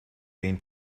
been